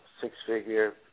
six-figure